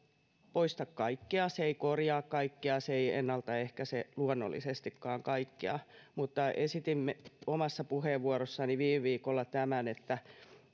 poista kaikkea se ei korjaa kaikkea se ei ennaltaehkäise luonnollisestikaan kaikkea mutta esitin omassa puheenvuorossani viime viikolla tämän että